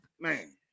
man